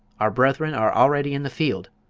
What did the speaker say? our brethren are already in the field!